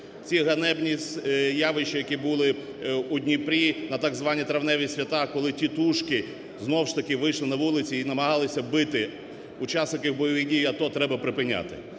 Ці ганебні явища, які були у Дніпрі на так звані травневі свята, коли тітушки, знову ж таки вийшли на вулиці і намагалися бити учасників бойових дій в АТО, треба припиняти.